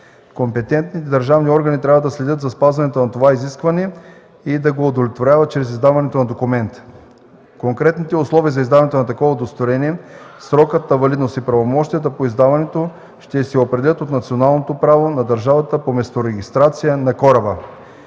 Компетентните държавни органи трябва да следят за спазването на това изискване и да го удостоверяват чрез издаването на документ. Конкретните условия за издаването на такова удостоверение, срокът на валидност и правомощията по издаването ще се определят от националното право на държавата по месторегистрация на кораба.